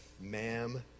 ma'am